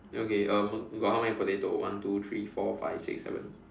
okay um got how many potato one two three four five six seven